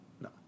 No